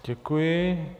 Děkuji.